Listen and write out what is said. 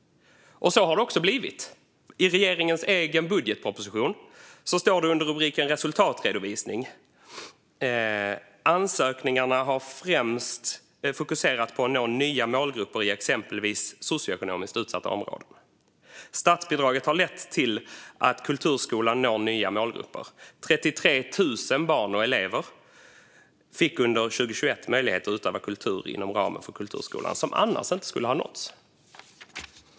Så har det också blivit. I regeringens egen budgetproposition, under rubriken "Resultatredovisning", står det: "Ansökningarna har främst fokuserat på att nå nya målgrupper i exempelvis socioekonomiskt utsatta områden." Statsbidraget har lett till att kulturskolan når nya målgrupper. Under 2021 fick 33 000 barn och elever möjlighet att utöva kultur inom ramen för kulturskolan. De skulle annars inte ha nåtts.